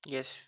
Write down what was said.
Yes